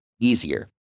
easier